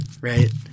Right